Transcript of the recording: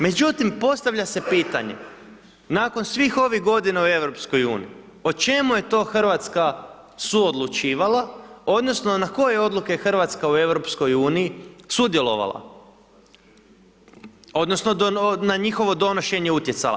Međutim, postavlja se pitanje nakon svih ovih godina u EU, o čemu je to Hrvatska suodlučivala, odnosno na koje je odluke je Hrvatska u EU sudjelovala odnosno na njihovo donošenje utjecala.